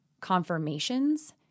confirmations